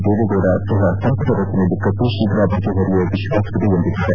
ದೇವೇಗೌಡ ಸಹ ಸಂಪುಟ ರಚನೆ ದಿಕ್ಕಟ್ಟು ಶೀಘ ಬಗೆಹರಿಯುವ ವಿಶ್ವಾಸವಿದೆ ಎಂದಿದ್ದಾರೆ